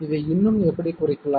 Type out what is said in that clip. இதை இன்னும் எப்படி குறைக்க முடியும்